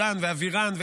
אלירן ואבירן,